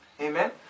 Amen